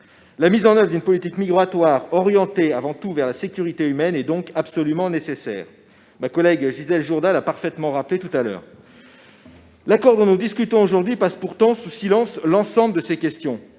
La mise en oeuvre d'une politique migratoire orientée avant tout vers la sécurité humaine est donc absolument nécessaire, ma collègue Gisèle Jourda l'a parfaitement rappelé. L'accord dont nous discutons aujourd'hui passe pourtant sous silence l'ensemble de ces questions.